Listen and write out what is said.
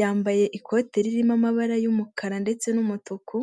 yambaye ikote ririmo amabara y'umukara ndetse n'umutuku.